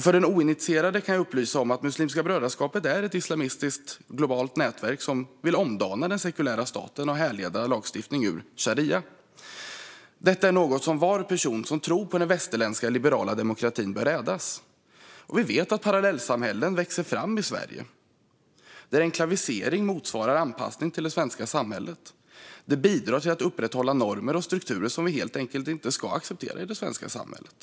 För den oinitierade kan jag upplysa om att Muslimska brödraskapet är ett islamistiskt globalt nätverk som vill omdana den sekulära staten och härleda lagstiftning ur sharia. Detta är något som var person som tror på den västerländska liberala demokratin bör rädas. Vi vet att det i Sverige växer fram parallellsamhällen där enklavisering motverkar anpassning till det svenska samhället. Det bidrar till att upprätthålla normer och strukturer som vi helt enkelt inte ska acceptera i det svenska samhället.